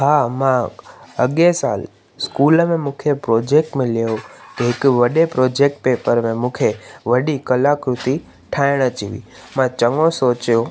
हां मां अॻिए साल स्कूल में मूंखे प्रोजेक्ट मिलियो त हिकु वॾे प्रोजेक्ट पेपर में मूंखे वॾी कलाकृती ठाहिण जी हुई मां चङो सोचियो